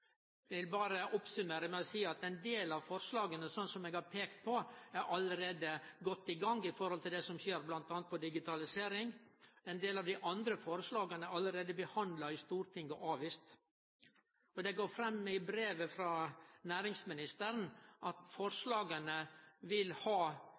Eg vil berre summere opp med å seie at som eg har peika på, er ein del av forslaga allereie godt i gang, bl.a når det gjeld det som skjer innan digitalisering. Ein del av dei andre forslaga er allereie behandla i Stortinget og avvist. Det går fram i brevet frå næringsministeren at forslaga vil ha